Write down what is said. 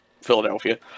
Philadelphia